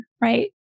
Right